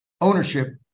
ownership